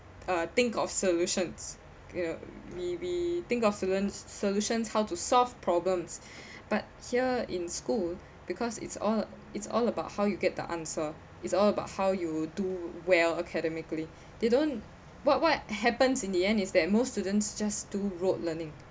uh think of solutions you know maybe think of students solutions how to solve problems but here in school because it's all it's all about how you get the answer it's all about how you do well academically they don't what what happens in the end is that most students just do rote learning